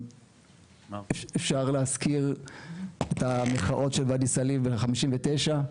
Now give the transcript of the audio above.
אפשר להזכיר את המחאות של ואדי סאליב ב-1959,